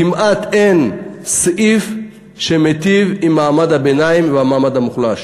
כמעט אין סעיף שמיטיב עם מעמד הביניים והמעמד המוחלש,